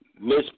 Miss